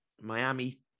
Miami